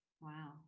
Wow